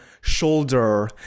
shoulder